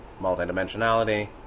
multidimensionality